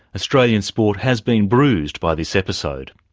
australian sport has been bruised by this episode.